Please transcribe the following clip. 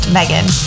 Megan